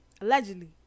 Allegedly